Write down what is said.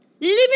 living